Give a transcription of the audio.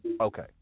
Okay